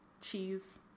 cheese